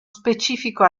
specifico